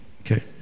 Okay